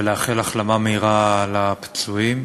ולאחל החלמה מהירה לפצועים.